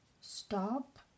Stop